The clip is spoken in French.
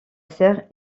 cère